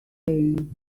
rain